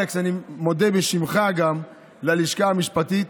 אלכס, אני מודה גם בשמך ללשכה המשפטית,